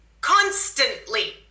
constantly